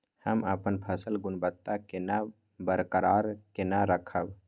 हम अपन फसल गुणवत्ता केना बरकरार केना राखब?